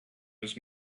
was